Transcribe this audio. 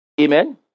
Amen